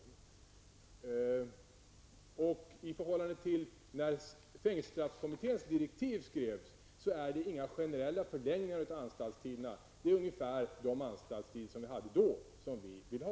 I jämförelse med de förhållanden som rådde när fängelsestraffkommitténs direktiv skrevs blir det med vårt förslag alltså inga generella förlängningar av anstaltstiderna.